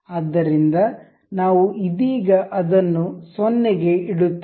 ಆದ್ದರಿಂದ ನಾವು ಇದೀಗ ಅದನ್ನು 0 ಗೆ ಇಡುತ್ತೇವೆ